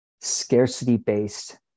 scarcity-based